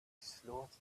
slaughter